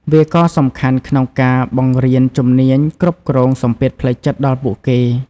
វាក៏សំខាន់ក្នុងការបង្រៀនជំនាញគ្រប់គ្រងសម្ពាធផ្លូវចិត្តដល់ពួកគេ។